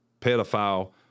pedophile